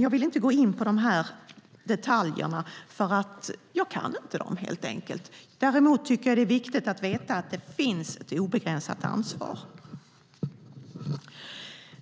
Jag vill inte gå in på detaljerna eftersom jag inte kan dem. Däremot tycker jag att det är viktigt att veta att det finns ett obegränsat ansvar.